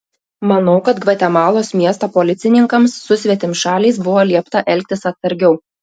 manau kad gvatemalos miesto policininkams su svetimšaliais buvo liepta elgtis atsargiau